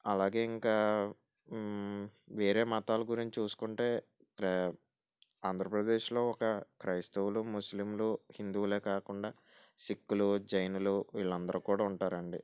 అలాగే ఇంకా వేరే మతాల గురించి చూసుకుంటే ఆంధ్రప్రదేశ్లో ఒక క్రైస్తవులు ముస్లింలు హిందువులే కాకుండా సిక్కులు జైనులు వీళ్ళందరు కూడా ఉంటారు అండి